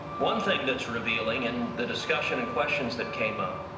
one thing that's revealing in the discussion and questions that came up,